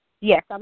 Yes